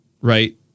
right